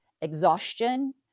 exhaustion